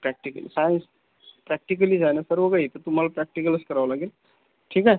practical सांग practically जाण सर्व काही येते तुम्हाला प्रॅक्टिकलच करावं लागेल ठीक आहे